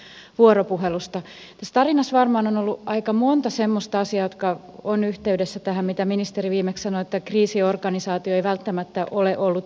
tässä tarinassa varmaan on ollut aika monta semmoista asiaa jotka ovat yhteydessä tähän mitä ministeri viimeksi sanoi että kriisiorganisaatio ei välttämättä ole ollut valmis